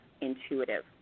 intuitive